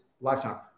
lifetime